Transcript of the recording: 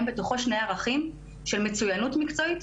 בתוכו שני ערכים - של מצוינות מקצועית,